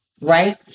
right